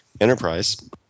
Enterprise